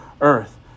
earth